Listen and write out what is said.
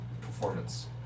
performance